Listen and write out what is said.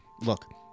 Look